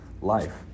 life